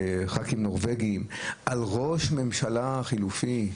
חברי כנסת נורבגים, על ראש ממשלה חליפי,